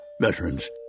Veterans